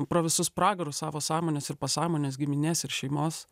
pro visus pragarus savo sąmonės ir pasąmonės giminės ir šeimos